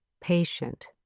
patient